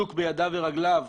אזוק בידיו ורגליו,